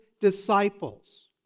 disciples